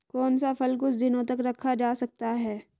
कौन सा फल कुछ दिनों तक रखा जा सकता है?